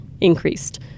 increased